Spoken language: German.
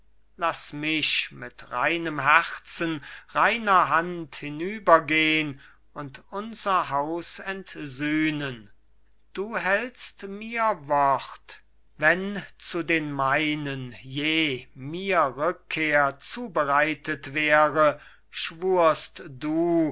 laß mich mit reinem herzen reiner hand hinübergehn und unser haus entsühnen du hältst mir wort wenn zu den meinen je mir rückkehr zubereitet wäre schwurst du